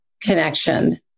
connection